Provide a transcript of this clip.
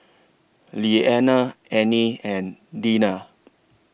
Liana Anie and Deena